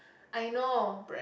I know